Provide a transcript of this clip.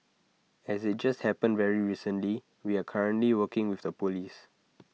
as IT has just happened very recently we are currently working with the Police